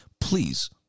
please